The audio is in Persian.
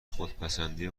خودپسندی